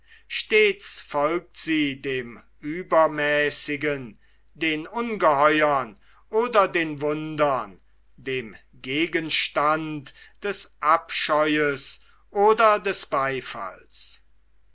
stets folgt sie dem uebermäßigen den ungeheuern oder den wundern dem gegenstand des abscheues oder des beifalls